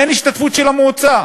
אין השתתפות של המועצה,